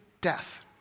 death